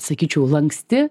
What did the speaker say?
sakyčiau lanksti